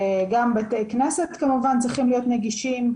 גם בתי כנסת כמובן צריכים להיות נגישים,